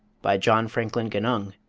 by john franklin genung,